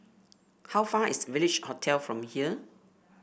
how far is Village Hotel from here